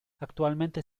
actualmente